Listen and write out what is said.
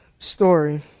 Story